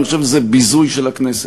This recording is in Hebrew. אני חושב שזה ביזוי של הכנסת.